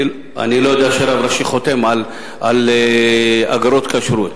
אני לא יודע שרב ראשי חותם על אגרות כשרות.